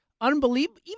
unbelievable